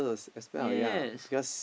yes